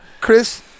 Chris